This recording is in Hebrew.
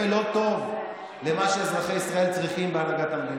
את סמל לא טוב למה שאזרחי ישראל צריכים בהנהגת המדינה.